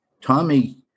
Tommy